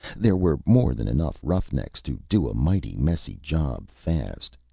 there were more than enough roughnecks to do a mighty messy job fast.